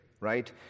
right